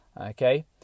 okay